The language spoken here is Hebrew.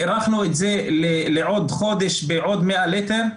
הארכנו את זה לעוד חודש בעוד 100 ליטר.